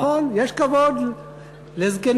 נכון, יש כבוד לזקנים.